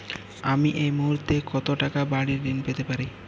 আমি এই মুহূর্তে কত টাকা বাড়ীর ঋণ পেতে পারি?